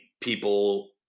people